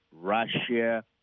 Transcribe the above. Russia